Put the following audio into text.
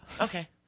Okay